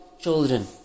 children